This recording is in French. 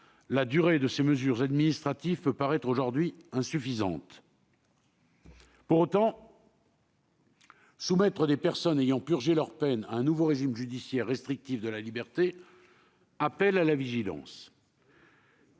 la durée de ces mesures administratives peut paraître aujourd'hui insuffisante. Pour autant, soumettre des personnes ayant purgé leur peine à un nouveau régime judiciaire restrictif de liberté appelle à la vigilance.